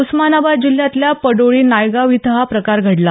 उस्मानाबाद जिल्ह्यातल्या पडोळी नायगाव इथं हा प्रकार घडला